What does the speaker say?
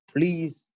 Please